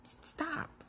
stop